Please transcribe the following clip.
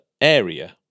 area